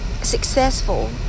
successful